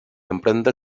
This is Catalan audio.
emprendre